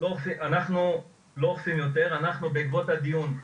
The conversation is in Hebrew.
אנחנו בעקבות הדיון,